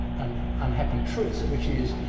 an unhappy truth, which is,